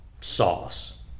sauce